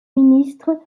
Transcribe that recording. ministres